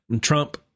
Trump